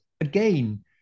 again